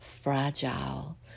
fragile